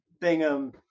Bingham